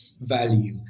value